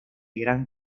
gran